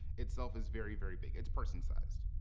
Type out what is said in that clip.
itself is very, very big. it's person sized.